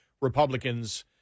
Republicans